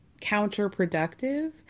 counterproductive